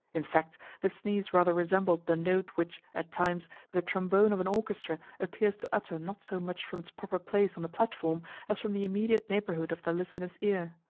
in fact, the sneeze rather resembled the note which, at times, the trombone of an orchestra appears to utter not so much from its proper place on the platform as from the immediate neighbourhood of the listener's ear.